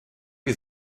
die